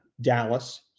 Dallas